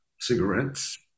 cigarettes